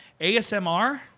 ASMR